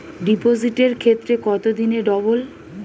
ডিপোজিটের ক্ষেত্রে কত দিনে ডবল?